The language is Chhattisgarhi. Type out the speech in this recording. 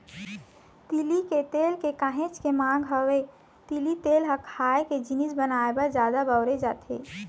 तिली के तेल के काहेच के मांग हवय, तिली तेल ह खाए के जिनिस बनाए बर जादा बउरे जाथे